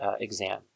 exam